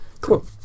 Cool